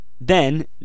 Then